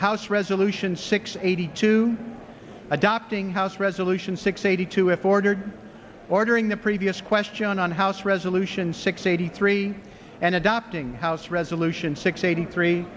house resolution six eighty two adopting house resolution six eighty two if ordered ordering the previous question on house resolution six eighty three and adopting house resolution six eighty three